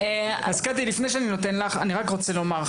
קטי, לפני שאני נותן לך, אני רוצה לומר.